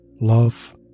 love